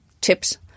tips